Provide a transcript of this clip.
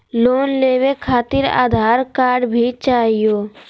Loan लेवे खातिरआधार card भी चाहियो?